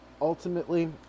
ultimately